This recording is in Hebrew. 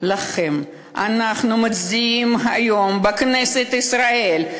לכם אנחנו מצדיעים היום בכנסת ישראל,